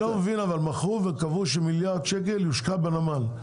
אני בכלל לא מבין מכרו וקבעו שמיליארד שקל יושקע בנמל.